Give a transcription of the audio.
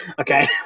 Okay